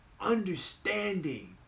understanding